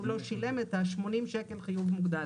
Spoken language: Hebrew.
לא שילם את ה-80 שקלים חיוב מוגדל,